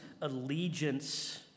allegiance